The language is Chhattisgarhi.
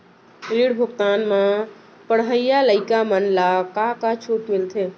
ऋण भुगतान म पढ़इया लइका मन ला का का छूट मिलथे?